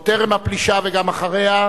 עוד טרם הפלישה וגם אחריה,